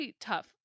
tough